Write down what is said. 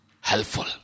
helpful